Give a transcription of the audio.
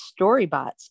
Storybots